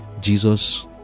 Jesus